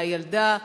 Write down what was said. מהילדה.